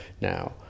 Now